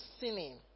sinning